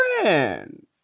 friends